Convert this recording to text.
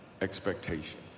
expectation